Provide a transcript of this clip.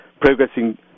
progressing